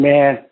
Man